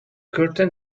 curtain